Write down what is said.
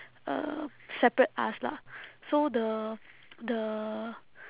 um separate us lah so the the